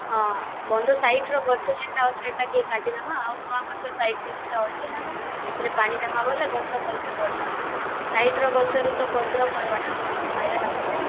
ହଁ ବନ୍ଧ୍ ସାଇଡ଼୍ ର ଗଛ୍ ଯେନ୍ଟା ଅଛେ ହେତାକେ କାଟିଦେମା ଆଉ ନୂଆ ଗଛ୍ ସାଇଡ଼୍ ରେ ଯେନ୍ଟା ଅଛେ ନା ସେଥିରେ ପାଣିଦେମା ବେଲେ ଗଛ୍ ଭଲ୍ ସେ ବଢ଼୍ବା ସାଇଡ଼୍ ର ଗଛ୍ ରୁ ତ ପତ୍ର ପଡ଼୍ବା ନା ବନ୍ଧ ମଇଳା ହେସି